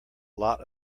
lot